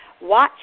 watch